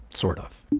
sort of